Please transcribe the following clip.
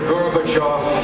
Gorbachev